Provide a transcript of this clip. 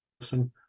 person